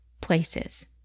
places